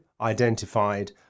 identified